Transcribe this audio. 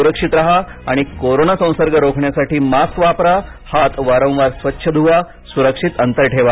सुरक्षित राहा आणि कोरोना संसर्ग रोखण्यासाठी मास्क वापरा हात वारंवार स्वच्छ धुवा सुरक्षित अंतर ठेवा